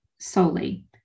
solely